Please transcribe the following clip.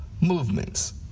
movements